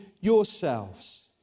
yourselves